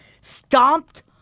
stomped